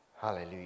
hallelujah